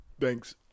thanks